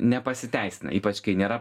nepasiteisina ypač kai nėra